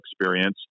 experience